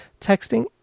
Texting